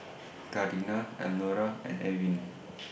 Karina Elnora and Ewin